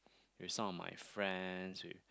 with some of my friends with